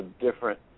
different